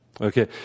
Okay